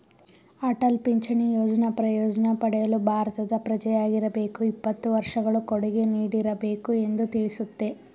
ಅಟಲ್ ಪಿಂಚಣಿ ಯೋಜ್ನ ಪ್ರಯೋಜ್ನ ಪಡೆಯಲು ಭಾರತದ ಪ್ರಜೆಯಾಗಿರಬೇಕು ಇಪ್ಪತ್ತು ವರ್ಷಗಳು ಕೊಡುಗೆ ನೀಡಿರಬೇಕು ಎಂದು ತಿಳಿಸುತ್ತೆ